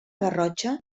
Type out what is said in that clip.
garrotxa